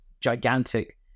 Gigantic